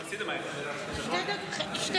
תודה, אדוני